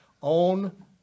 on